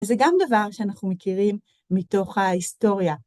וזה גם דבר שאנחנו מכירים מתוך ההיסטוריה.